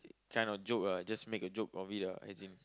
kind of joke ah just make a joke of it lah as in